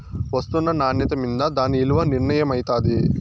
ఒస్తున్న నాన్యత మింద దాని ఇలున నిర్మయమైతాది